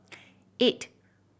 eight